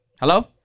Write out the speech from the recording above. Hello